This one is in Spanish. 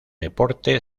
deporte